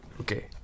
Okay